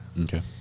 Okay